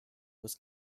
was